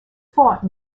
fought